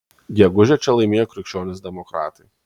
gegužę čia laimėjo krikščionys demokratai